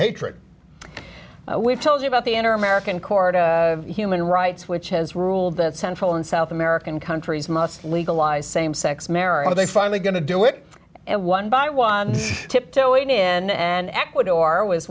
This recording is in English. hatred we've told you about the enter american court of human rights which has ruled that central and south american countries must legalize same sex marriage they finally going to do it and one by one tiptoe in and ecuador was